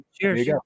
Cheers